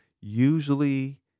Usually